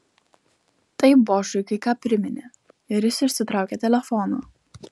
tai bošui kai ką priminė ir jis išsitraukė telefoną